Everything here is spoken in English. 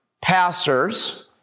pastors